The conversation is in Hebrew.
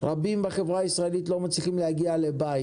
רבים בחברה הישראלית לא מצליחים להגיע לבית,